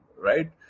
right